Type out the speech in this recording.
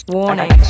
Warning